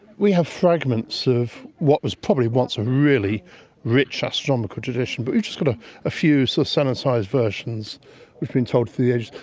we have fragments of what was probably once a really rich astronomical tradition but we've just got a ah few so sanitised versions we've been told through the ages.